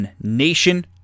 Nation